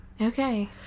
Okay